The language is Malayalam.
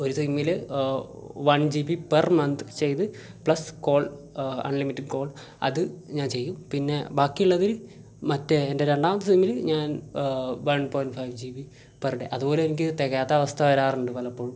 ഒരു സിമ്മിൽ one G B per month ചെയ്ത് പ്ലസ് കോൾ അൺലിമിറ്റഡ് കോൾ അത് ഞാൻ ചെയ്യും പിന്നെ ബാക്കിയുള്ളതിൽ മറ്റേ എൻ്റെ രണ്ടാമത്തെ സിമ്മിൽ ഞാൻ one point five G B per day അതുപോലും എനിക്ക് തികയാത്ത അവസ്ഥ വരാറുണ്ട് പലപ്പോഴും